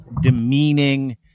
demeaning